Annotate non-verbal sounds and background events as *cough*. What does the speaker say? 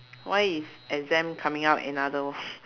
why is exam coming out another *laughs*